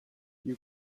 you